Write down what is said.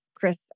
Chris